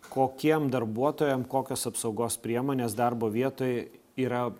kokiem darbuotojam kokios apsaugos priemonės darbo vietoj yra